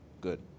good